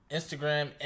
Instagram